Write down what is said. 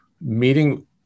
meeting